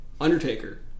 Undertaker